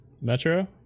Metro